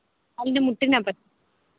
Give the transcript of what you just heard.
കാലിൻ്റെ മുട്ടിനാണ്